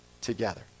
together